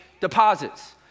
deposits